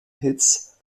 hits